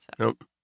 Nope